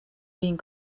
being